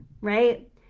right